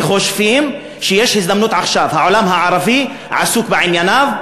כי חושבים שיש הזדמנות עכשיו: העולם הערבי עסוק בענייניו,